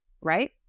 right